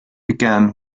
began